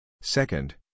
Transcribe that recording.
Second